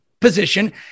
position